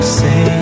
say